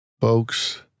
folks